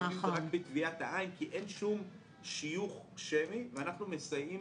לפעמים זה רק בטביעת העין כי אין שום שיוך שמי ואנחנו מסייעים